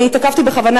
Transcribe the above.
אני התעכבתי בכוונה,